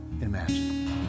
imagine